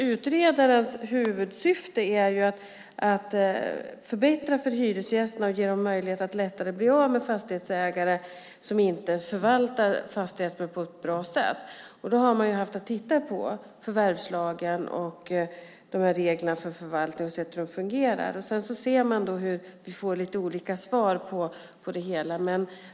Utredarens huvudsyfte är att förbättra för hyresgästerna och ge dem möjlighet att lättare bli av med fastighetsägare som inte förvaltar fastigheten på ett bra sätt. Då har man tittat på hur förvärvslagen och reglerna för förvaltning fungerar. Vi får lite olika svar på det hela.